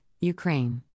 Ukraine